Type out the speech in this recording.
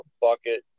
bucket